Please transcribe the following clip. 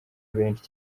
benshi